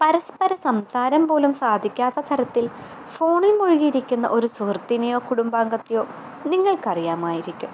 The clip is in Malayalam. പരസ്പര സംസാരം പോലും സാധിക്കാത്തതരത്തിൽ ഫോണിൽ മുഴുകിയിരിക്കുന്ന ഒരു സുഹൃത്തിനെയോ കുടുംബാങ്കത്തെയൊ നിങ്ങൾക്കറിയാമായിരിക്കും